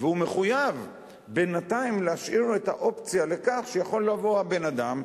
והוא מחויב בינתיים להשאיר את האופציה לכך שיכול לבוא בן-אדם,